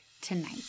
tonight